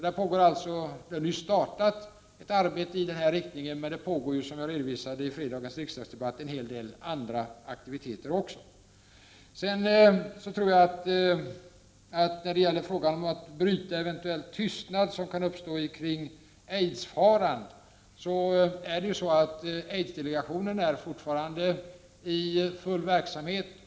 Det har alltså helt nyligen startats ett arbete i denna riktning, men det pågår också, som jag redovisade i fredagens riksdagsdebatt, en hel del andra aktiviteter. När det gäller att bryta eventuell tystnad kring aidsfaran vill jag säga att aidsdelegationen fortfarande är i full verksamhet.